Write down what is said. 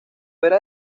era